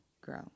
grow